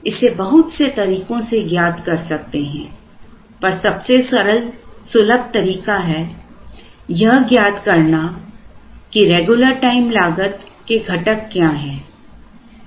इसे बहुत से तरीकों से ज्ञात कर सकते हैं पर सबसे सुलभ तरीका है यह ज्ञात करना कि रेगुलर टाइम लागत के घटक क्या हैं